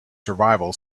survival